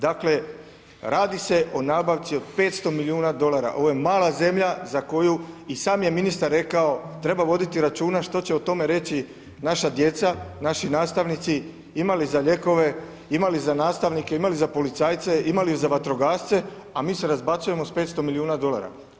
Dakle radi se o nabavci od 500 milijuna dolara, ovo je mala zemlja za koju i sam je ministar rekao treba voditi računa što će o tome reći naša djeca, naši nastavnici, ima li za lijekove, ima li za nastavnike, ima li za policajce, ima li za vatrogasce, a mi se razbacujemo s 500 milijuna dolara.